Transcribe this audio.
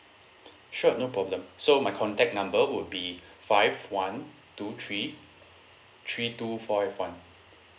sure no problem so my contact number would be five one two three three two four eight one